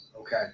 Okay